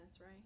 right